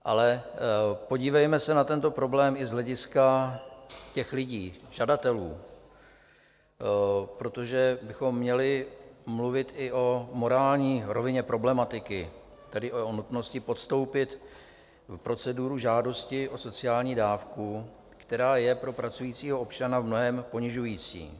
Ale podívejme se na tento problém i z hlediska těch lidí, žadatelů, protože bychom měli mluvit i o morální rovině problematiky, tedy o nutnosti podstoupit proceduru žádosti o sociální dávku, která je pro pracujícího občana v mnohém ponižující.